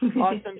Awesome